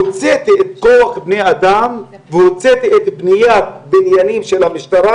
הוצאתי את הכוח-אדם והוצאתי בניית בניינים של המשטרה,